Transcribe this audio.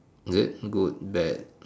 good bad